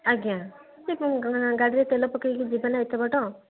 ଆଜ୍ଞା ସେ ଗାଡ଼ିରେ ତେଲ ପକାଇକି ଯିବେ ନା ଏତେ ବାଟ